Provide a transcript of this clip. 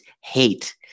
hate